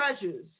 treasures